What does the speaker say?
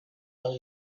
has